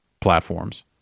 platforms